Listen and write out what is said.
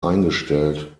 eingestellt